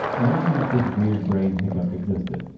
knowing that this weird brain hiccup existed,